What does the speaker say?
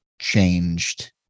changed